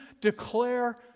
declare